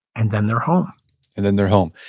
and then they're home and then they're home.